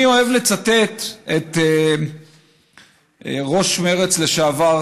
אני אוהב לצטט את ראש מרצ לשעבר,